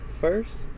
first